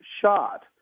shot